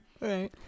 Right